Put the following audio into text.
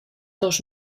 dos